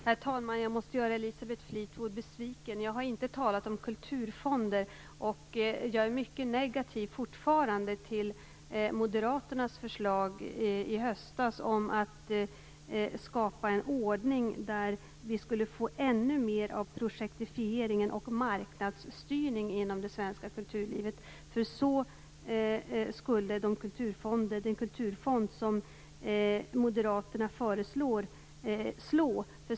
Herr talman! Jag måste göra Elisabeth Fleetwood besviken. Jag har inte talat om kulturfonder. Jag är fortfarande mycket negativ till moderaternas förslag från i höstas om att skapa en ordning där vi skulle få ännu mer av projektifiering och marknadsstyrning inom det svenska kulturlivet. Så skulle den kulturfond som moderaterna föreslår slå.